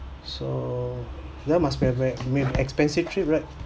so that must be a ver~ very expensive trip right